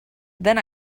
then